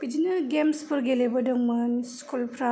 बिदिनो गेम्सफोर गेलेबोदोंमोन स्कुलफ्राव